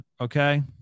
okay